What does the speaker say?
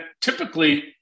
typically